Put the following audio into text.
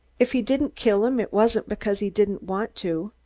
if he didn't kill him, it wasn't because he didn't want to.